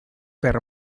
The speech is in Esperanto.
per